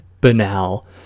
banal